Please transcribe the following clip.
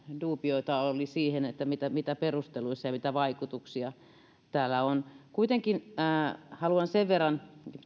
duubioita oli siitä mitä perusteluissa oli ja mitä vaikutuksia tällä on kuitenkin haluaisin sen verran